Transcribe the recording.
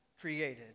created